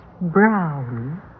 brown